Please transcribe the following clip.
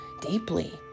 deeply